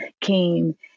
came